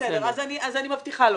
בסדר, אז אני מבטיחה לא.